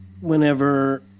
whenever